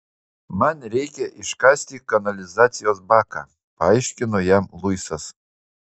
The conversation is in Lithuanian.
man reikia iškasti kanalizacijos baką paaiškino jam luisas